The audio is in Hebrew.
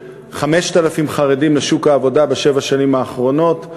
5,000 חרדים לשוק העבודה בשבע השנים האחרונות,